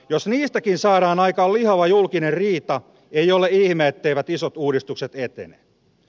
jos niistäkin saadaan aikaan lihava julkinen riita ei ole ihme etteivät isot uudistukset etene